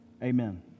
Amen